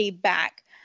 back